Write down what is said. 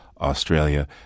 Australia